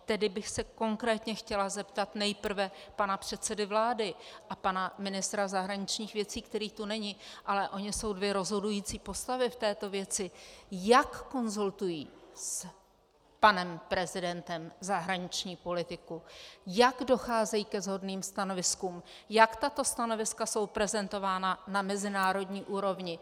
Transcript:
Tedy bych se chtěla konkrétně zeptat nejprve pana předsedy vlády a pana ministra zahraničních věcí který tu není, ale oni jsou dvě rozhodující postavy v této věci , jak konzultují s panem prezidentem zahraniční politiku, jak docházejí ke shodným stanoviskům, jak tato stanoviska jsou prezentována na mezinárodní úrovni.